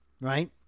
right